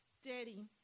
steady